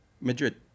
Madrid